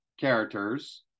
characters